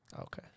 Okay